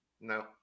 no